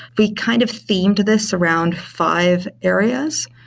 we kind of themed this around five areas.